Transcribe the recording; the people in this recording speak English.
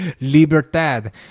libertad